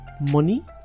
money